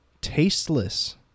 tasteless